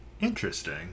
interesting